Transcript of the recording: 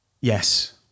Yes